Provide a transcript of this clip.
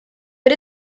but